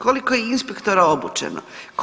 Koliko je inspektora obučeno?